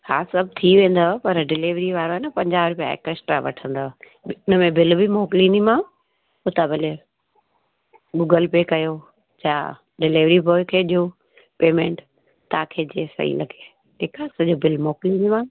हा सभु थी वेंदुव पर डीलेवरीअ वारो आहे न पंजाह रुपिया एकस्टा वठंदुव उनमें बिल बि मोकिलींदीमांव त तव्हां भले गूगल पे कयो या डिलेवरी बॉय खे ॾियो पेमेंट तव्हांखे जीअं सही लॻे ठीकु आहे सॼो बिल मोकिलींदीमांव